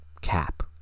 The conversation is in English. cap